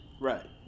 Right